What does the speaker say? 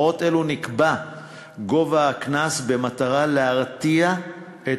בהוראות אלו נקבע גובה הקנס במטרה להרתיע את